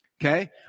Okay